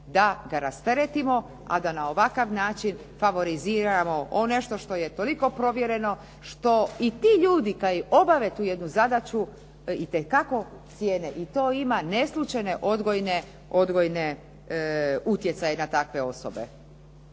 da ga rasteretimo a da na ovakav način favoriziramo nešto što je toliko provjereno, što i ti ljudi kad obave tu jednu zadaću itekako cijene i to ima neslućene odgojne utjecaje na takve osobe,